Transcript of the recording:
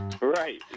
Right